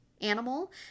animal